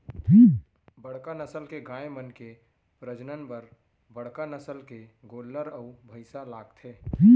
बड़का नसल के गाय मन के प्रजनन बर बड़का नसल के गोल्लर अउ भईंसा लागथे